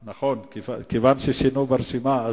נכון, כיוון ששינו ברשימה.